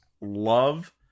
love